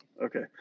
Okay